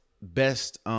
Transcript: best, –